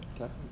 Okay